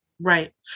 Right